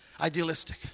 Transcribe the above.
Idealistic